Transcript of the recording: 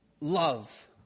love